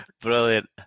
Brilliant